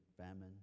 famine